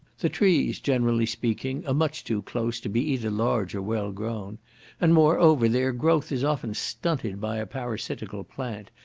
the trees, generally speaking, are much too close to be either large or well grown and, moreover, their growth is often stunted by a parasitical plant,